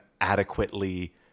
adequately